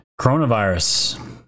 Coronavirus